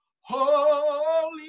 holy